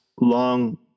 long